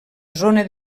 zona